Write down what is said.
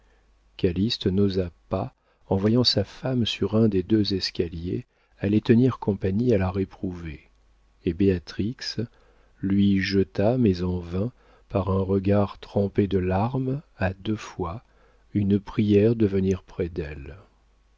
calyste n'osa pas en voyant sa femme sur un des deux escaliers aller tenir compagnie à la réprouvée et béatrix lui jeta mais en vain par un regard trempé de larmes à deux fois une prière de venir près d'elle